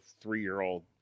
three-year-old